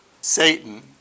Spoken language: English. Satan